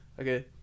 Okay